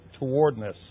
towardness